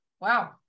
wow